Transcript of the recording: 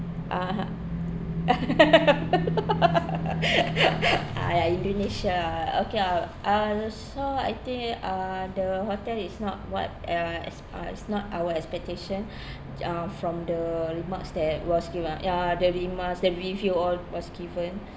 (uh huh) ah ya indonesia lah okay ah uh so I think at uh the hotel is not what uh as pa~ it's not our expectation the uh from the remarks that was given ya the remarks the review all was given